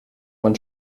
man